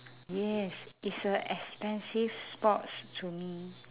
yes is a expensive sports to me